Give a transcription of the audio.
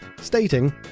stating